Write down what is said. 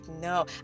no